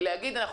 אני